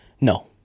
no